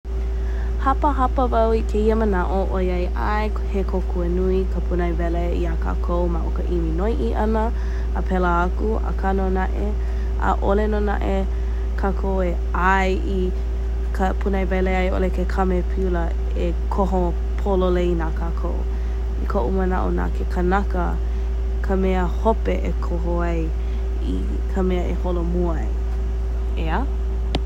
Hapa hapa wau i kēia manaʻo ʻoiai ʻae, he kōkua nui ka pūnaewele iā kākou ma o ka ʻimi noiʻi ʻana a pēlā aku akā no naʻe, ʻaʻole no naʻe kākou e ʻae i ka pūnaewele a i ʻole ke kamepiula e koho pololei na kākou. I koʻu manaʻo na ke kānaka ka mea hope e koho ai i ka mea holomua ai ʻea.